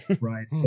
right